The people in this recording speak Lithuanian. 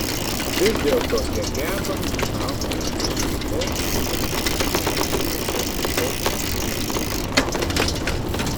vis dėlto jie geba sutraukti iš aplinkos ir vaisiakūniuose sukaupti įvairių medžiagų